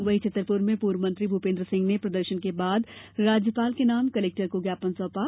वहीं छतरपुर में पूर्व मंत्री भूपेन्द्र सिंह ने प्रदर्शन के बाद राज्यपाल के नाम कलेक्टर को ज्ञापन सौंपा